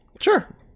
sure